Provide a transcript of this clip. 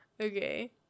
okay